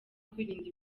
kwirinda